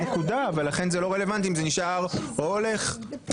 ולכן זה לא רלוונטי אם זה נשאר או הולך.